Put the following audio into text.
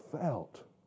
felt